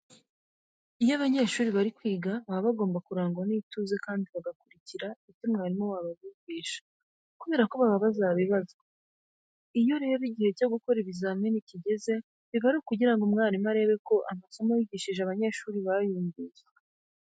Iyo abanyeshuri bari kwiga baba bagomba kurangwa n'ituze kandi bagakurikira ibyo mwarimu wabo abigisha kubera ko baba bazabibazwa. Iyo rero igihe cyo gukora ikizamini kigeze, biba ari ukugira ngo mwarimu arebe ko amasomo yigishije abanyesuri bayumvise.